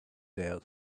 their